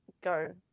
go